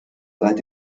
seit